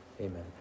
amen